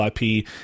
IP